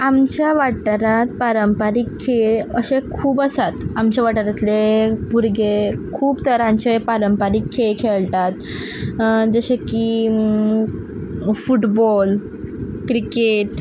आमच्या वाठारांत पारंपारीक खेळ अशें खूब आसात आमच्या वाठारांतले भुरगे खूब तरांचे पारंपारीक खेळ खेळटात जशे की फुटबॉल क्रिकेट